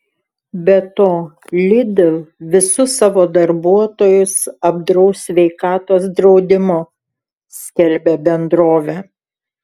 be to lidl visus savo darbuotojus apdraus sveikatos draudimu skelbia bendrovė